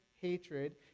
hatred